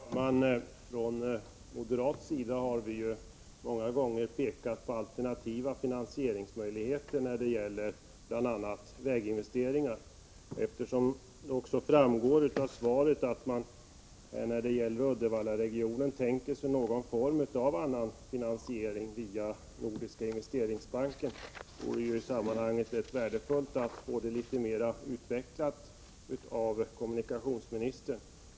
Herr talman! Från moderat sida har vi många gånger pekat på alternativa finansieringsmöjligheter när det gäller bl.a. väginvesteringar. Eftersom det också framgår av svaret att man för Uddevallaregionen tänker sig någon annan form av finansiering via Nordiska investeringsbanken vore det värdefullt om kommunikationsministern i detta sammanhang kunde utveckla detta litet mera.